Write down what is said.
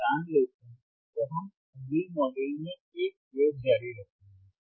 अब जब हम यह जान लेते हैं तो हम अगले मॉड्यूल में एक प्रयोग जारी रखेंगे